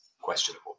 questionable